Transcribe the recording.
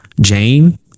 Jane